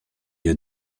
your